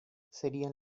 serían